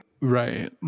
Right